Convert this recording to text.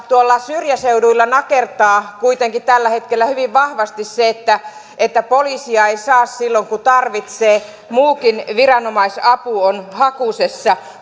syrjäseuduilla nakertaa kuitenkin tällä hetkellä hyvin vahvasti se että että poliisia ei saa silloin kun tarvitsee muukin viranomaisapu on hakusessa